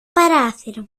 παράθυρο